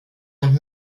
nach